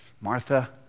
Martha